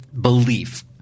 belief